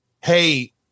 hey